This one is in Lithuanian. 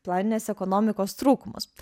planinės ekonomikos trūkumus